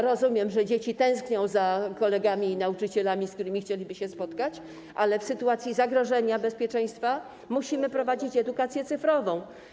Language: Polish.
Rozumiem, że dzieci tęsknią za kolegami i nauczycielami, z którymi chcieliby się spotkać, ale w sytuacji zagrożenia bezpieczeństwa musimy prowadzić edukację cyfrową.